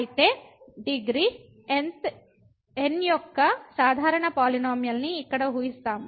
అయితే degree n యొక్క సాధారణ పాలినోమియల్ ని ఇక్కడ ఊహిస్తాము